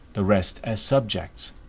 the rest as subjects,